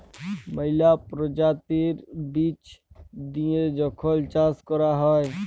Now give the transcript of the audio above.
ম্যালা পরজাতির বীজ দিঁয়ে যখল চাষ ক্যরা হ্যয়